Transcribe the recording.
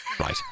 Right